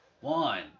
One